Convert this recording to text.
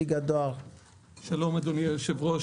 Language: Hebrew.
שלום אדוני היושב-ראש,